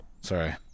Sorry